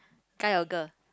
guy or girl